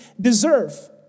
deserve